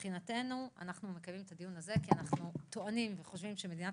אנחנו מקיימים את הדיון הזה כי אנחנו טוענים וחושבים שמדינת